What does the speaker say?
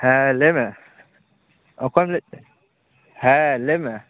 ᱦᱮᱸ ᱞᱟ ᱭᱢᱮ ᱚᱠᱚᱭᱮᱢ ᱞᱟ ᱭᱮᱫ ᱞᱟ ᱭᱢᱮ